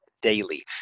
daily